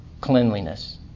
cleanliness